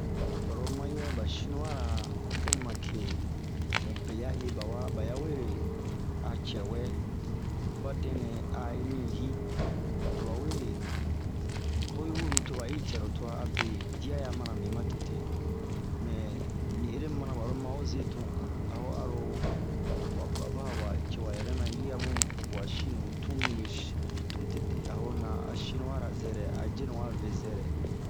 Baro mayɛ ba sinua ra ,tɛlma ke bun be ya hee bawa, baya we a cɛɛ wɛɛ, badɛn nɛ ayi yi hii, ba we, ho yi huru to ba we cɛ ro tua abe dia ya anamu matete. Mɛɛ ani eremana ba lo Mao zerung,a ho aro, wa baba awe cɛwa yirɛna yi'abun wa sine tun mi we sin, tun tee tee abun na zɛrɛ a sinua ra yenu wa vee.